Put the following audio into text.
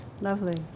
Lovely